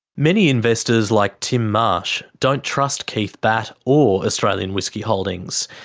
many investors like tim marsh don't trust keith batt or australian whisky holdings.